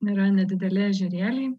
yra nedideli ežerėliai